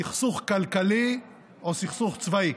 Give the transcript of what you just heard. סכסוך כלכלי או סכסוך צבאי.